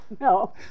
no